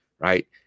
right